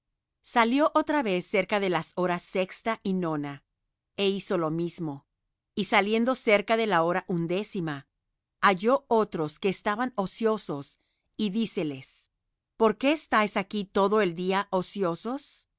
salió otra vez cerca de las horas sexta y nona é hizo lo mismo y saliendo cerca de la hora undécima halló otros que estaban ociosos y díceles por qué estáis aquí todo el día ociosos